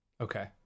okay